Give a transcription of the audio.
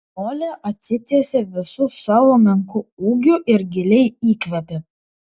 molė atsitiesė visu savo menku ūgiu ir giliai įkvėpė